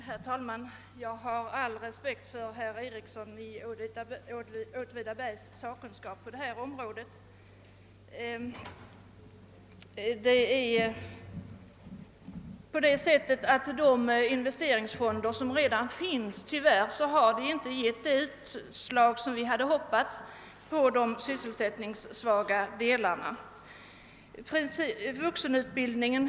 Herr talman! Jag har all respekt för herr Ericssons i Åtvidaberg sakkunskap på detta område. Tyvärr har de investeringsfonder som redan finns inte givit det resultat vi hoppats beträffande de sysselsättningssvaga delarna av landet.